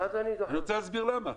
ואני רוצה להסביר למה.